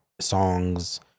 Songs